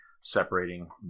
separating